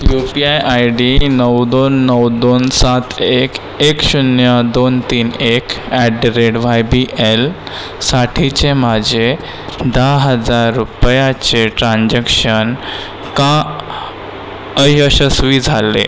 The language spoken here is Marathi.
you P I I D नऊ दोन नऊ दोन सात एक एक शून्य दोन तीन एक at the rate Y B L साठीचे माझे दहा हजार रुपयाचे ट्रान्झक्शन का अयशस्वी झाले